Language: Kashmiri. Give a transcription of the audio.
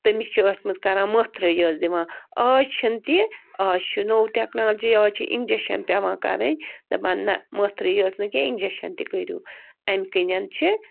تٔمِس چھِ ٲسمٕژ کَران مٲنٛتھرٕۍ یٲژ دِوان اَز چھِنہٕ تہِ اَز چھُ نو ٹٮ۪کنالجی اَز چھِ اِنٛجکشن پٮ۪وان کَرٕنۍ دَپان نہَ مٲنٛتھٕری یٲژ نہٕ کیٚنٛہہ انٛجکشن تہِ کٔرِو اَمہِ کِنۍ چھِ